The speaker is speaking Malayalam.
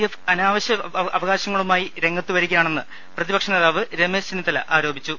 എഫ് അനാവശ്യ അവകാശങ്ങളുമായി രംഗത്തു വരികയാണെന്ന് പ്രതി പക്ഷ നേതാവ് രമേശ് ചെന്നിത്തല ആരോപിച്ചു